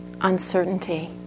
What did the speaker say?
uncertainty